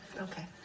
Okay